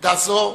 עמדה זו,